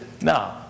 No